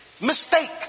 mistake